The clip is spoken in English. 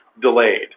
delayed